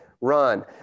run